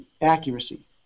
accuracy